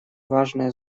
важное